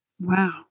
Wow